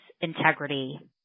integrity